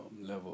level